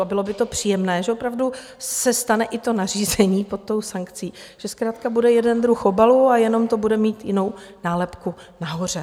A bylo by to příjemné, že se opravdu stane i nařízení pod tou sankcí, že zkrátka bude jeden druh obalu a jenom to bude mít jinou nálepku nahoře.